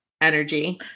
energy